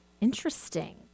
Interesting